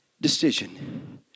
decision